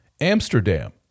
Amsterdam